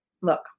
look